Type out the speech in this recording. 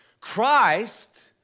Christ